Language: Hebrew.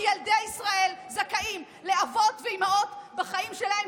כי ילדי ישראל זכאים לאבות ואימהות בחיים שלהם,